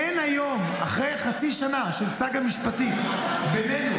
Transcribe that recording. אין היום אחרי חצי שנה של סאגה משפטית בינינו